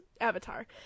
avatar